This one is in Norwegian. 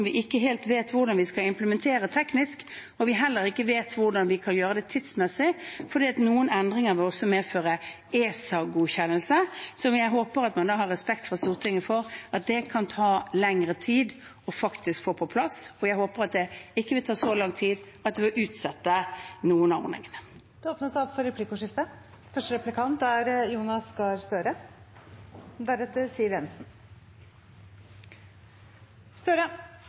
vi ikke helt vet hvordan vi skal implementere rent teknisk. Vi vet heller ikke hvordan vi kan gjøre det tidsmessig, for noen endringer vil kreve ESA-godkjennelse. Så jeg håper man i Stortinget har respekt for at det kan ta lengre tid å få på plass, men jeg håper at det ikke vil ta så lang tid at det vil utsette noen av